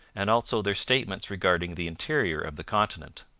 and also their statements regarding the interior of the continent.